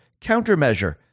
countermeasure